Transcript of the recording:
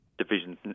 Divisions